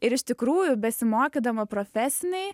ir iš tikrųjų besimokydama profesinėj